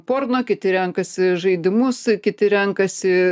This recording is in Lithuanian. porno kiti renkasi žaidimus kiti renkasi